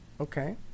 okay